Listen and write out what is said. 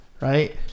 right